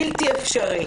בלתי אפשרי.